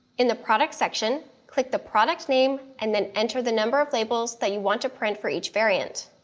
in the product section, click the product name and then enter the number of labels that you want to print for each variant.